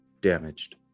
damaged